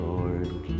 Lord